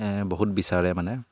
বহুত বিচাৰে মানে